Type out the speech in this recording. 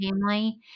family